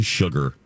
sugar